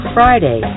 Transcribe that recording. Friday